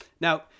Now